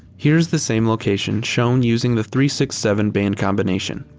here is the same location shown using the three six seven band combination.